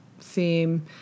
theme